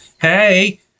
Hey